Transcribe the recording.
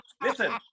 listen